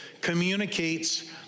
communicates